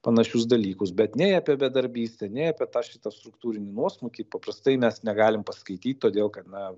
panašius dalykus bet nei apie bedarbystę nei apie tą šitą struktūrinį nuosmukį paprastai mes negalim paskaityt todėl kad na